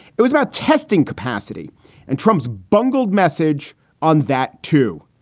it was about testing capacity and trump's bungled message on that, too.